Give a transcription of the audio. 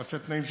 לתת תנאים,